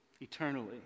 eternally